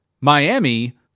Miami